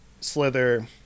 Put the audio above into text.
Slither